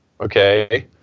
okay